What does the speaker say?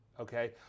okay